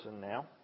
now